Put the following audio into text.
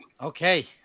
Okay